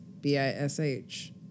B-I-S-H